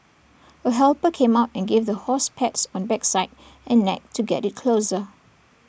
A helper came out and gave the horse pats on backside and neck to get IT closer